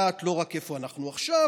לדעת לא רק איפה אנחנו עכשיו,